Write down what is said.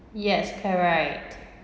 yes correct